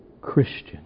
Christian